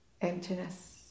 Emptiness